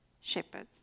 shepherds